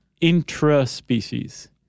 intra-species